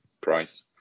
price